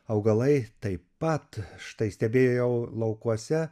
augalai taip pat štai stebėjau laukuose